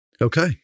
Okay